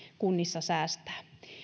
kunnissa säästää